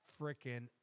freaking